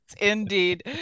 indeed